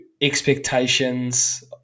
Expectations